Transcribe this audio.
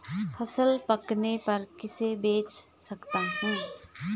फसल पकने पर किसे बेच सकता हूँ?